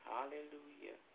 Hallelujah